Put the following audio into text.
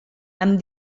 amb